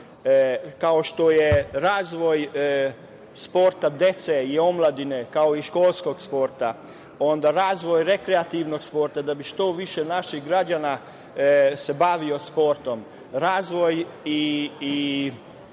kao što je razvoj sporta dece i omladine, kao i školskog sporta, onda razvoj rekreativnog sporta, da bi se što više naših građana bavilo sportom, razvoj i